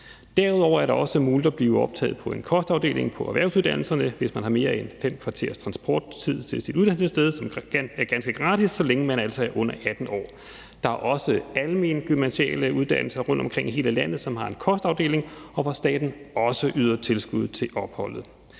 Derudover er det også muligt at blive optaget på en kostafdeling på erhvervsuddannelserne, hvis man har mere end fem kvarters transporttid til sit uddannelsessted, og som er ganske gratis, så længe man altså er under 18 år. Der er også almengymnasiale uddannelser rundtomkring i hele landet, som har en kostafdeling, og hvor staten også yder tilskud til opholdet.